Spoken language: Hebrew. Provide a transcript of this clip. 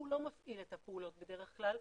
הוא לא מפעיל את הפעולות בדרך כלל,